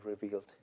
revealed